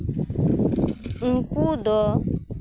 ᱩᱝᱠᱩ ᱫᱚ